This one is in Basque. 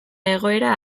egoera